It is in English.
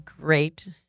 great